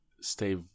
stay